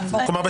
כלומר,